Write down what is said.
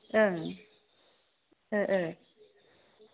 ओं